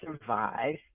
survive